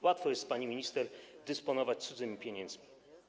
Łatwo jest, pani minister, dysponować cudzymi pieniędzmi.